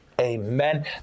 Amen